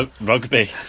Rugby